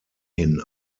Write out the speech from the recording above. hin